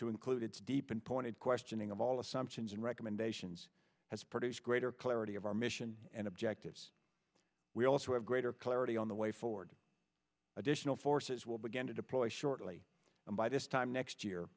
to include its deep and pointed questioning of all assumptions and recommendations has produced greater clarity of our mission and objectives we also have greater clarity on the way forward additional forces will begin to deploy shortly and by this time next year